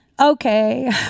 okay